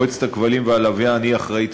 מועצת הכבלים והלוויין היא האחראית